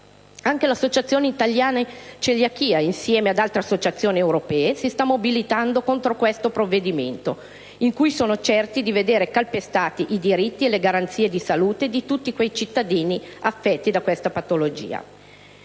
Anche l'Associazione italiana celiachia, insieme ad altre associazioni europee, si sta mobilitando contro questo provvedimento in cui sono certi di vedere calpestati i diritti e le garanzie per la salute di tutti quei cittadini affetti da tale patologia.